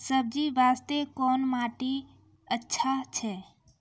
सब्जी बास्ते कोन माटी अचछा छै?